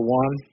one